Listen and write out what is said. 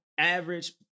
average